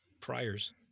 priors